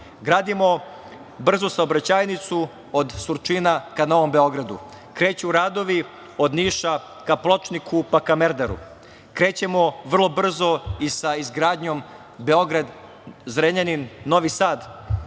gradimo brzu saobraćajnicu od Surčina ka Novom Beogradu, kreću radovi od Niša ka Pločniku, pa ka Merdaru, krećemo vrlo brzo i sa izgradnjom Beograd – Zrenjanin – Novi Sad,